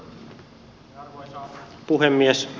arvoisa puhemies